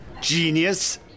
Genius